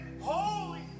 Holy